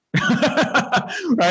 Right